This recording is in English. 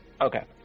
Okay